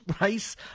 race